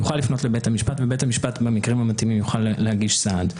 יוכל לפנות לבית המשפט ובית המשפט במקרים המתאימים יוכל להושיט סעד.